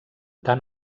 tant